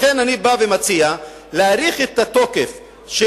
לכן אני בא ומציע להאריך את התוקף של